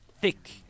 thick